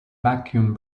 vacuum